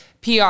PR